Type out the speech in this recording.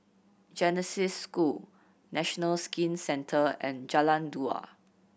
Genesis School National Skin Centre and Jalan Dua